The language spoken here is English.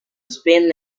spin